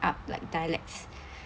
up like dialects